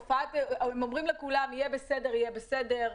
הם אומרים לכולם: יהיה בסדר, יהיה בסדר.